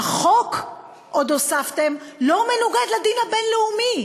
החוק, עוד הוספתם, לא מנוגד לדין הבין-לאומי.